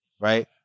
right